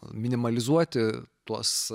minimalizuoti tuos